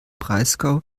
breisgau